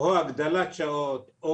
הגדלת שעות,